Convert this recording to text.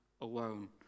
alone